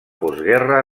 postguerra